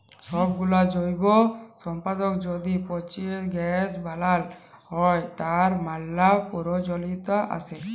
সবগুলা জৈব সম্পদকে য্যদি পচিয়ে গ্যাস বানাল হ্য়, তার ম্যালা প্রয়জলিয়তা আসে